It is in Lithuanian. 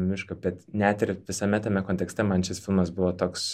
mišką bet net ir visame tame kontekste man šis filmas buvo toks